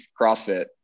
CrossFit